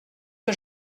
que